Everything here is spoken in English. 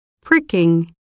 pricking